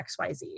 XYZ